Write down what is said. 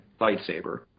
lightsaber